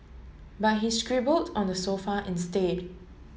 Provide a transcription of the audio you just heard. but he scribbled on the sofa instead